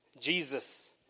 Jesus